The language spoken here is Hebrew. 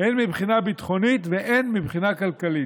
הן מבחינה ביטחונית והן מבחינה כלכלית.